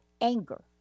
anger